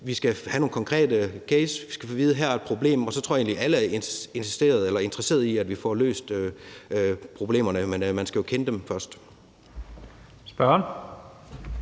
vi skal have nogle konkrete cases og vide, at her er der et problem, og så tror jeg egentlig, at alle er interesseret i, at vi får løst problemerne. Men man skal jo kende dem først. Kl.